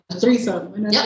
threesome